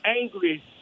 angry